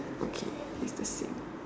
okay it's the same